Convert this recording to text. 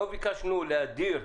לא ביקשנו להדיר,